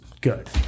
good